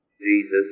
Jesus